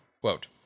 Quote